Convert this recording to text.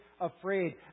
afraid